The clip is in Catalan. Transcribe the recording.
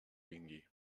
vingui